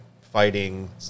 fighting